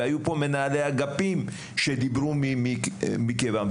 והיו פה מנהלי אגפים שדיברו מכאבם,